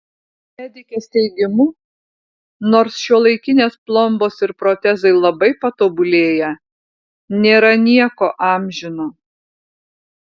medikės teigimu nors šiuolaikinės plombos ir protezai labai patobulėję nėra nieko amžino